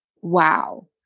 wow